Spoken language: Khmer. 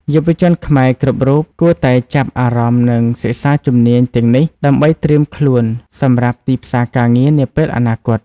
យុវជនខ្មែរគ្រប់រូបគួរតែចាប់អារម្មណ៍និងសិក្សាជំនាញទាំងនេះដើម្បីត្រៀមខ្លួនសម្រាប់ទីផ្សារការងារនាពេលអនាគត។